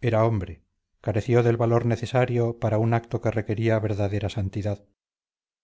era hombre careció del valor necesario para un acto que requería verdadera santidad